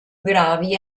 gravi